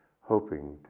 hoping